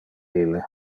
ille